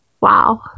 wow